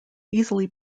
easily